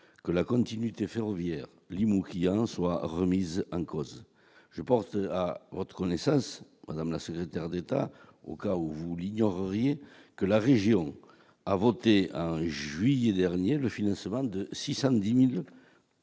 que la continuité ferroviaire Limoux, Quillan soit remise en cause, je porte à votre naissance, madame la secrétaire d'État au cas où vous l'ignore rien que la région a voté en juillet dernier, le financement de 610000